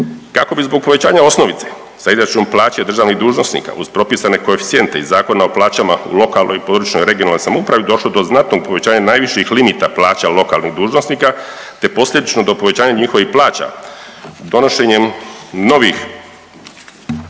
Kako bi zbog povećanja osnovice za izračun plaće državnih dužnosnika uz propisne koeficijente iz Zakona o plaćama u lokalnoj, područnoj (regionalnoj) samoupravi, došlo do znatnog povećanja najviših limita plaća lokalnih dužnosnika te posljedično do povećanja njihovih plaća, donošenjem novih